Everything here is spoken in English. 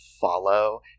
follow